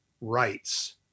rights